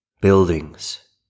buildings